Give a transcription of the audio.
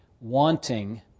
wanting